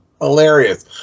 hilarious